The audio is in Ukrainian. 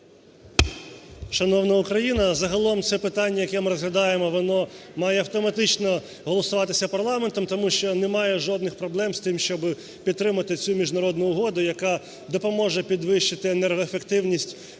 Шановна Україна, загалом це питання, яке ми розглядаємо, воно має автоматично голосуватися парламентом, тому що немає жодних проблем з тим, щоб підтримати цю міжнародну угоду, яка допоможе підвищити енергоефективність